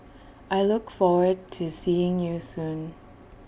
I look forward to seeing you soon